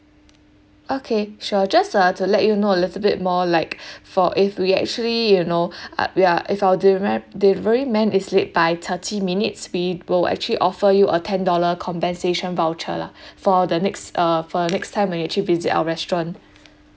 okay sure just uh to let you know a little bit more like for if we actually you know uh we are if our delivery man delivery man is late by thirty minutes we will actually offer you a ten dollar compensation voucher lah for the next uh for the next time when you actually visit our restaurant